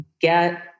get